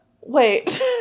Wait